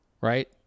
right